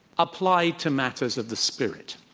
applied to matters of the spirit.